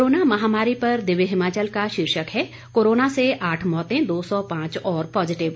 corona महामारी पर दिव्य हिमाचल का शीर्षक है कोरोना से आठ मौतें दो सौ पांच और पॉजिटिव